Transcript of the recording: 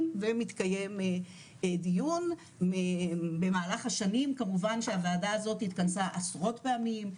ומתקיים דיון במהלך השנים כמובן שהוועדה הזאת התכנסה עשרות פעמים,